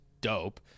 dope